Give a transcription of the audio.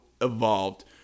evolved